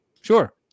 Sure